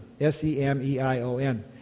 S-E-M-E-I-O-N